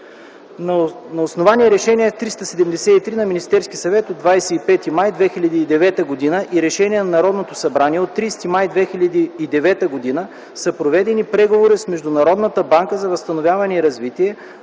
На основание Решение № 373 на Министерския съвет от 25 май 2009 г. и Решение на Народното събрание от 30 май 2009 г. са проведени преговори с Международната банка за възстановяване и развитие.